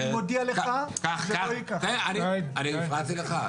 אני מודיע לך שזה לא --- אני הפריתי לך?